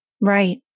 Right